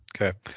Okay